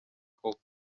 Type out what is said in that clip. koko